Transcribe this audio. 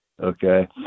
okay